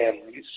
families